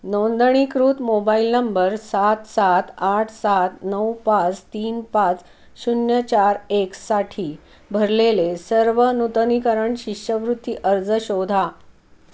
नोंदणीकृत mobile number सात सात आठ सात नऊ पाच तीन पाच शून्य चार एकसाठी भरलेले सर्व नूतनीकरण शिष्यवृत्ती अर्ज शोधा